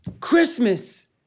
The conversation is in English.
Christmas